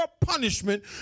punishment